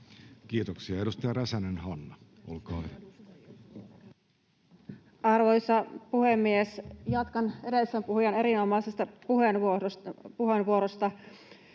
Kiitoksia. — Edustaja Räsänen, Hanna, olkaa hyvä. Arvoisa puhemies! Jatkan edellisen puhujan erinomaisesta puheenvuorosta.